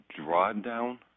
drawdown